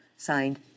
Signed